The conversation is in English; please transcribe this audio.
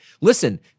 Listen